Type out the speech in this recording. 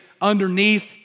underneath